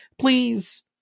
please